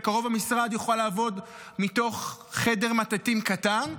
בקרוב המשרד יוכל לעבוד מתוך חדר מטאטאים קטן,